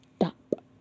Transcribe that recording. Stop